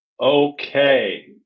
Okay